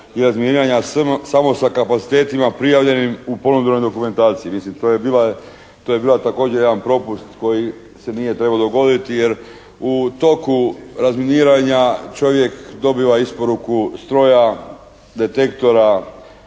i razminiranja samo sa kapacitetima prijavljenim u ponudbenoj dokumentaciji. Mislim to je bila, to je bio također jedan propust koji se nije trebao dogoditi jer u toku razminiranja čovjek dobiva isporuku stroja, detektora,